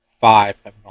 five